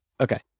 Okay